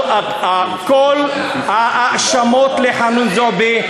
שכל ההאשמות על חנין זועבי,